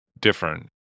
different